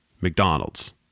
McDonald's